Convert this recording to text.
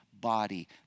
body